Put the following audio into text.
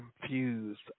confused